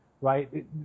right